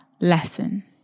lesson